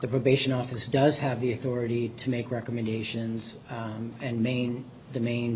the probation office does have the authority to make recommendations and main the main